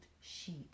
sheet